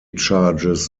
charges